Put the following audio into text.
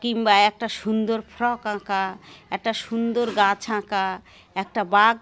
কিংবা একটা সুন্দর ফ্রক আঁকা একটা সুন্দর গাছ আঁকা একটা বাঘ